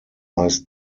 lies